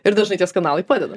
ir dažnai tie skandalai padeda